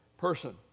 person